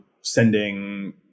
sending